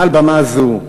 מעל במה זו.